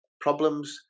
problems